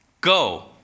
go